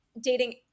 dating